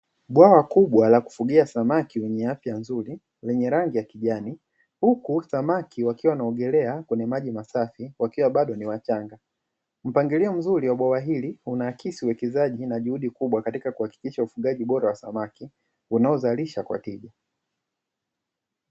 Bwawa kubwa la kufugia samaki wenye afya nzuri yenye rangi ya kijani huku samaki wakiwa wanaongelea kwenye maji masafi wakiwa bado ni wachanga mpangilio mzuri wa bwawa hili, unaakisi uwekezaji ina juhudi kubwa katika kuhakikisha ufugaji bora wa samaki unaozalisha kwa tija.